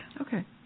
Okay